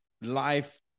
life